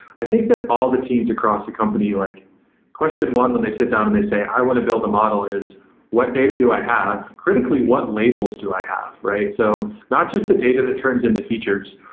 i think that all the teams across a company, like question one when they sit down and they say, i want to build a model, is what data do i have? critically, what labels do i have? so not just the data that turns into features,